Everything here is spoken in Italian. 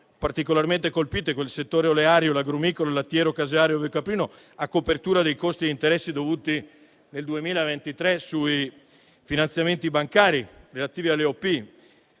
particolarmente colpite (settore oleario, agrumicolo, lattiero, caseario e ovicaprino) a copertura dei costi di interessi dovuti nel 2023 sui finanziamenti bancari relativi alle OP.